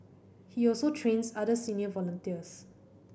he also trains other senior volunteers